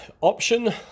option